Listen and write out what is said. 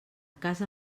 casa